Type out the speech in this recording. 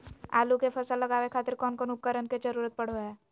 आलू के फसल लगावे खातिर कौन कौन उपकरण के जरूरत पढ़ो हाय?